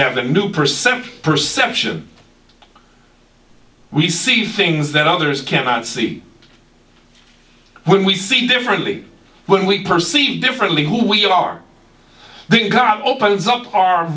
have the new percent perception we see things that others cannot see when we see differently when we perceive differently who we are then god opens up our